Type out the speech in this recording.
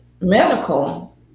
medical